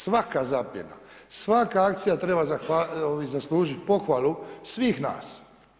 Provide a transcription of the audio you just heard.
Svaka zapljena, svaka akcija treba zaslužiti pohvalu svih nas.